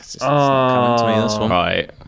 right